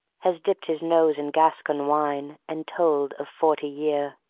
has dipped his nose in gascon wine, and told of forty year.